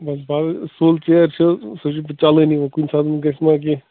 ولہٕ پتہٕ سُل ژیر چھِ سُہ چھُ پتہٕ چَلانٕے وۅنۍ کُنہِ ساتہٕ گژھِ ما کیٚںٛہہ